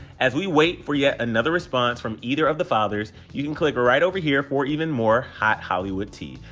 as we wait for yet another response from either of the fathers, you can click right over here for even more hot hollywood tea.